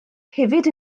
hefyd